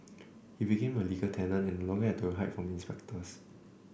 he became a legal tenant and no longer had to hide from the inspectors